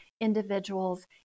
individuals